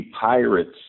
Pirates